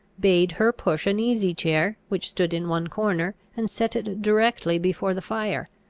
bade her push an easy chair which stood in one corner, and set it directly before the fire.